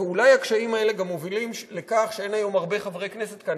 ואולי הקשיים האלה גם מובילים לכך שאין היום הרבה חברי כנסת כאן,